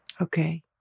Okay